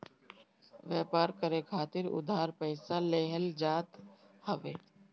व्यापार करे खातिर उधार पईसा लेहल जात हवे